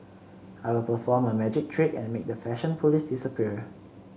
I will perform a magic trick and make the fashion police disappear